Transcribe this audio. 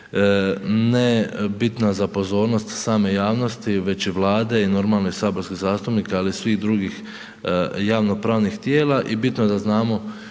ne bitna za pozornost same javnosti već i Vlade i normalno i saborskih zastupnika, ali i svih drugih javnopravnih tijela i bitno je da znamo